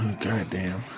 Goddamn